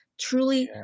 truly